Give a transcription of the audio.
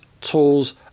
tools